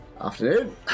Afternoon